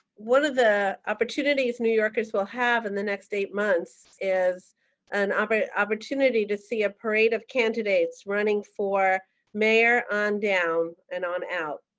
one of the opportunities new yorkers will have in the next eight months is an um opportunity to see a parade of candidates running for mayor on down and on out.